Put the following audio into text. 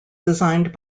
designed